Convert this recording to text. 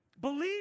believe